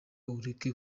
ureke